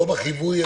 לא בחיווי,